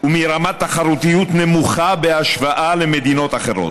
ומרמת תחרותיות נמוכה בהשוואה למדינות אחרות.